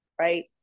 right